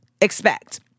expect